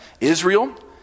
Israel